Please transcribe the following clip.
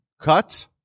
cut